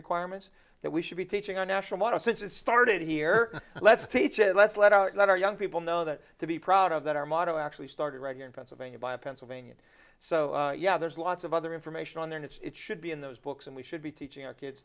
requirements that we should be teaching our national motto since it started here let's teach it let's let out let our young people know that to be proud of that our motto actually started right here in pennsylvania by a pennsylvania so yeah there's lots of other information on there it's should be in those books and we should be teaching our kids